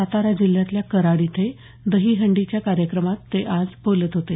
सातारा जिल्ह्यातल्या कराड इथे दही हंडीच्या कार्यक्रमात ते आज बोलत होते